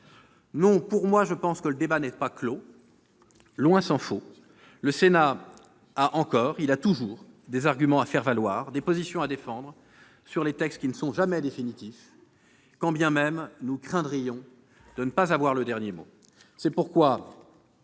nationale. Non, le débat n'est pas clos, tant s'en faut. Le Sénat a toujours des arguments à faire valoir et des positions à défendre, sur des textes qui ne sont jamais définitifs, quand bien même nous craindrions de ne pas avoir le dernier mot. C'est pourquoi